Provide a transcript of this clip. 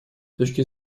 точки